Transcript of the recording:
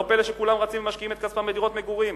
לא פלא שכולם רצים ומשקיעים את כספם בדירות מגורים.